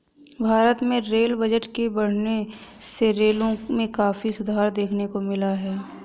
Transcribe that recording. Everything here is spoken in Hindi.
भारत में रेल बजट के बढ़ने से रेलों में काफी सुधार देखने को मिला है